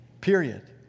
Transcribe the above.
Period